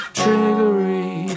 triggery